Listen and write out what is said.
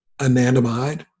anandamide